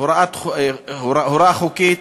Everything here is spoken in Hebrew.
הוראה חוקית